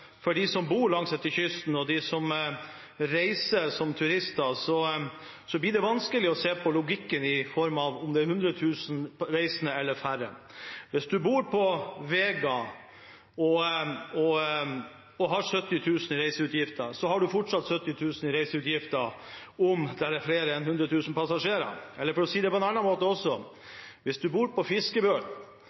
vanskelig å se logikken i form av om det er 100 000 reisende eller færre. Hvis man bor på Vega og har 70 000 kr i reiseutgifter, har man fortsatt 70 000 kr i reiseutgifter om det er flere enn 100 000 passasjerer. Eller for å si det på en annen måte: Hvis man bor på Melbu og pendler til Fiskebøl